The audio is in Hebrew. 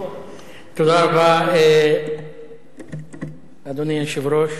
תודה רבה, אדוני היושב-ראש.